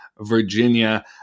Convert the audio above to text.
Virginia